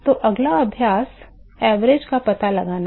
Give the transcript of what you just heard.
तो अगला अभ्यास औसत का पता लगाना है